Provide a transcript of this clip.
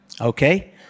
okay